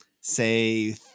say